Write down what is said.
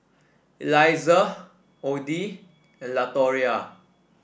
Eliza Oddie and Latoria